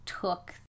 took